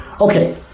Okay